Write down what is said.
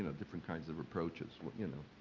ah different kinds of approaches, you know,